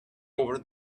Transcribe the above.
over